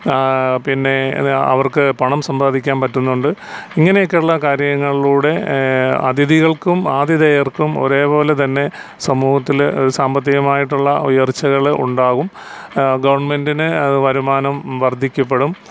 പിന്നെ അവർക്കു പണം സമ്പാദിക്കാൻ പറ്റുന്നുണ്ട് ഇങ്ങനെയൊക്കെയുള്ള കാര്യങ്ങളിലൂടെ അതിഥികൾക്കും ആതിഥേയർക്കും ഒരേ പോലെ തന്നെ സമൂഹത്തിൽ സാമ്പത്തികമായിട്ടുള്ള ഉയർച്ചകൾ ഉണ്ടാകും ഗവൺമെൻറ്റിനു വരുമാനം വർദ്ധിക്കപ്പെടും